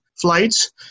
flights